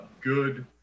good